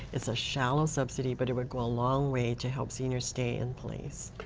it's a shallow subsidy. but it would go a long way to help seniors stay in place.